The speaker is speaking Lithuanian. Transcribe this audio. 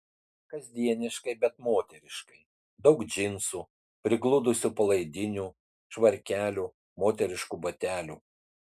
kasdieniškai bet moteriškai daug džinsų prigludusių palaidinių švarkelių moteriškų batelių